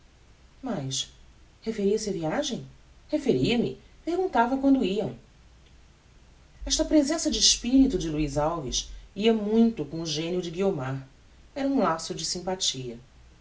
mas referia-se á viagem referia-me perguntava quando iam esta presença de espirito de luiz alves ia muito com o genio de guiomar era um laço de sympathia